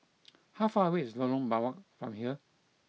how far away is Lorong Biawak from here